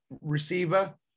receiver